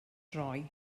droi